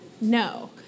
no